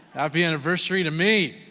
happy anniversary to me!